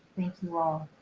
thank you all.